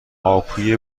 هاپوی